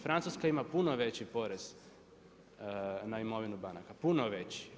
Francuska ima puno veći porez na imovinu banaka, puno veći.